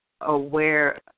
aware